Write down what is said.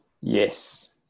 Yes